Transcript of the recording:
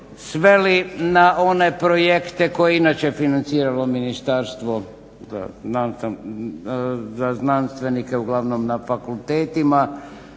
sveli na one projekte koji inače financiralo ministarstvo za znanstvenike uglavnom na fakultetima.